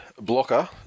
Blocker